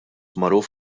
magħruf